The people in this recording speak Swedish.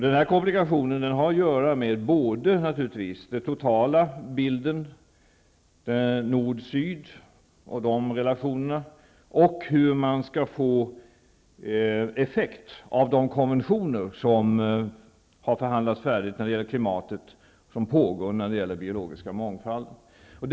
Den komplikationen har naturligtvis att göra med den totala bilden med bl.a. nord--syd-relationerna och hur de konventioner om den biologiska mångfalden, där förhandlingar pågår, och konventionen om klimatet, som har förhandlats färdigt, skall få någon effekt.